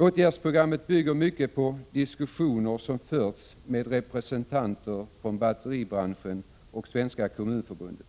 Åtgärdsprogrammet bygger mycket på diskussioner som förts med representanter från batteribranschen och Svenska kommunförbundet.